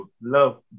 love